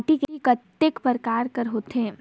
माटी कतेक परकार कर होथे?